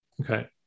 Okay